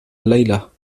الليلة